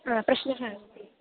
हा प्रश्नः